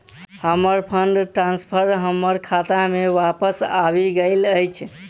हमर fund transfer हमर खाता मे बापस आबि गइल अछि